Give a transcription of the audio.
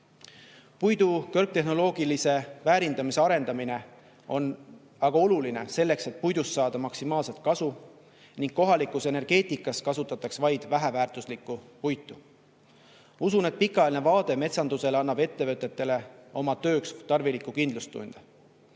Puidu kõrgtehnoloogilise väärindamise arendamine on aga oluline, selleks et puidust saada maksimaalset kasu ning kohalikus energeetikas kasutataks vaid väheväärtuslikku puitu. Usun, et pikaajaline vaade metsandusele annab ettevõtetele oma tööks tarviliku kindlustunde.